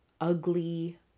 ugly